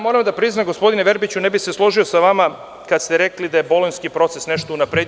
Moram da priznam, gospodine Verbiću, ne bi se složio sa vama kada ste rekli da je Bolonjski proces nešto unapredio.